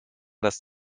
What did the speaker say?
das